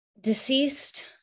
deceased